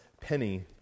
penny